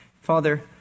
Father